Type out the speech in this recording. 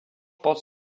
porte